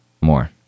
more